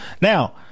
Now